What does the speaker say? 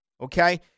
Okay